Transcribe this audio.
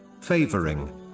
favoring